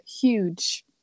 huge